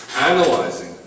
analyzing